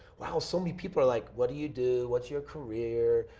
wow. so, many people are like what do you do? what's your career?